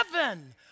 heaven